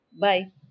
bye